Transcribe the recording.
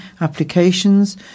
applications